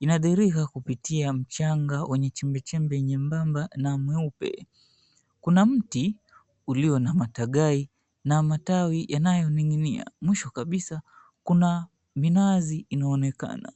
Inadhihirika kupitia mchanga wenye chembechembe nyembamba na mweupe. Kuna mti ulio na matagai na matawi yanayoning'inia. Mwisho kabisa kuna minazi inaonekana.